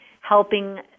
helping